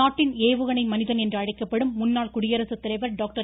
நாட்டின் ஏவுகணை மனிதன் என்று அழைக்கப்படும் முன்னாள் குடியரசுத்தலைவர் டாக்டர்